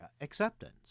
Acceptance